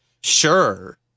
Sure